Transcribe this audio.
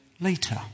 later